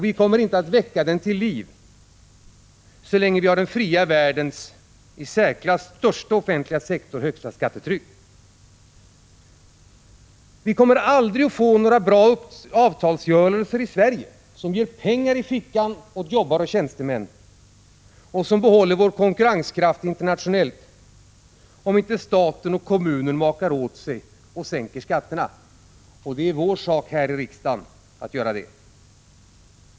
Vi kommer inte att väcka den till liv så länge vi har den fria världens i särklass största offentliga sektor och högsta skattetryck. Vi kommer aldrig att få några bra avtalsuppgörelser i Sverige som ger pengar i fickan åt jobbaren och tjänstemannen och som behåller vår konkurrenskraft internationellt, om inte staten och kommunerna makar åt sig och sänker skatterna. Det är vår sak här i riksdagen att se till att det görs.